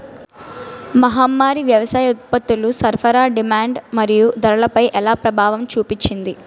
మహమ్మారి వ్యవసాయ ఉత్పత్తుల సరఫరా డిమాండ్ మరియు ధరలపై ఎలా ప్రభావం చూపింది?